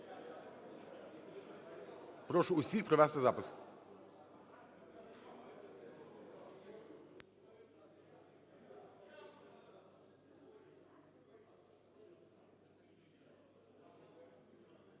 Прошу всіх провести запис.